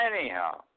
Anyhow